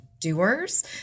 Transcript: Doers